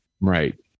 Right